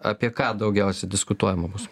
apie ką daugiausiai diskutuojama bus